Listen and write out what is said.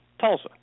Tulsa